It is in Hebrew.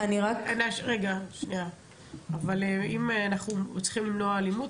אבל אם אנחנו צריכים למנוע אלימות,